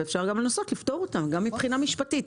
ואפשר גם לנסות לפתור אותה מבחינה משפטית.